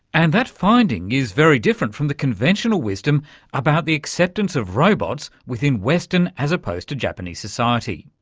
and that finding is very different from the conventional wisdom about the acceptance of robots within western as opposed to japanese society.